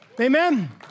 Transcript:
Amen